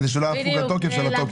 כדי שלא יפוג התוקף של התוקף.